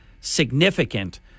significant